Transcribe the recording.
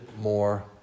more